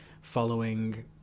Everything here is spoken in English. following